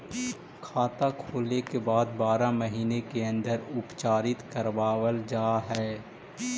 खाता खोले के बाद बारह महिने के अंदर उपचारित करवावल जा है?